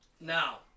Now